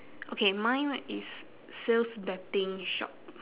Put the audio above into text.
okay mine write is sales betting shop